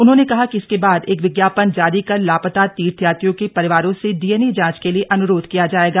उन्होंने कहा कि इसके बाद एक विज्ञापन जारी कर लापता तीर्थयात्रियों के परिवारों से डीएनए जांच के लिये अनुरोध किया जायेगा